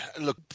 Look